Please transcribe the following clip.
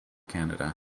canada